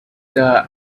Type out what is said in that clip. the